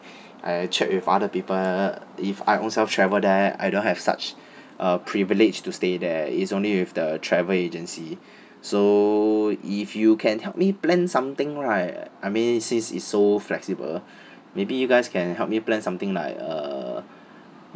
I checked with other people if I own self travel there I don't have such a privilege to stay there it's only with the travel agency so if you can help me plan something right I mean since it's so flexible maybe you guys can help me plan something like uh